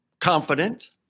confident